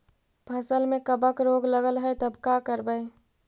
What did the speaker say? फसल में कबक रोग लगल है तब का करबै